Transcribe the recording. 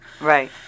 Right